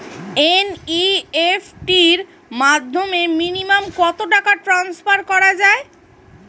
NEFT র মাধ্যমে minimum কত টাকা ট্রান্সফার করা যায়?